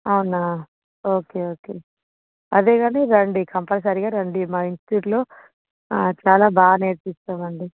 అవున okay okay అదే కానీ రండి కంపల్సరీగా రండి మా ఇంస్టిట్యూట్లో చాలా బాగా నేర్పిస్తాం అండి